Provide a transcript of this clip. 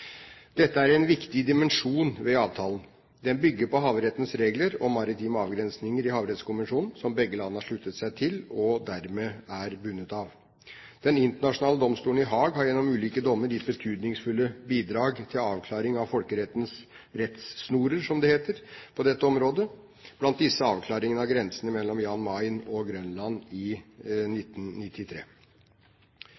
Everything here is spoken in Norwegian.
Dette er en viktig dimensjon ved avtalen. Den bygger på havrettens regler om maritime avgrensninger i Havrettskonvensjonen, som begge land har sluttet seg til og dermed er bundet av. Den internasjonale domstolen i Haag har gjennom ulike dommer gitt betydningsfulle bidrag til avklaring av folkerettens rettesnorer, som det heter, på dette området, blant disse avklaringen av grensene mellom Jan Mayen og Grønland i